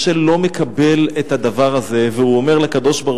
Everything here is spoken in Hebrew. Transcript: משה לא מקבל את הדבר הזה והוא אומר לקדוש-ברוך-הוא,